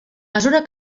mesura